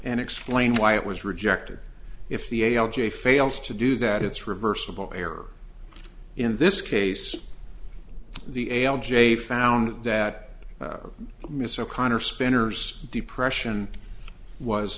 and explain why it was rejected if the a l j fails to do that it's reversible error in this case the a l j found that mr connor spinner's depression was